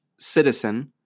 Citizen